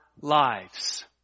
lives